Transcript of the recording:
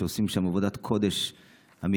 שעושים שם עבודת קודש אמיתית,